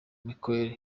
michael